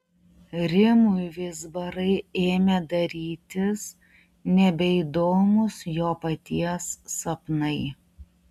rimui vizbarai ėmė darytis nebeįdomūs jo paties sapnai